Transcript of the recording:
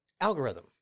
algorithm